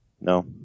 No